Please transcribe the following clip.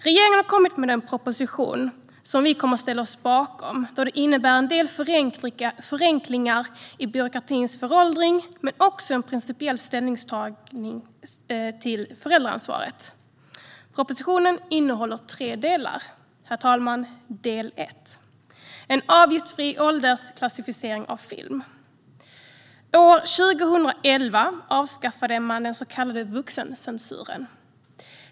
Regeringen har kommit med en proposition som vi kommer att ställa oss bakom, då förslaget innebär en del förenklingar av föråldrad byråkrati men också ett principiellt ställningstagande till föräldraansvaret. Propositionen innehåller tre delar, herr talman. Del ett handlar om avgiftsfri åldersklassificering av film. År 2011 avskaffade man den så kallade vuxencensuren.